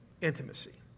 intimacy